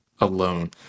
alone